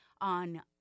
on